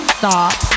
stop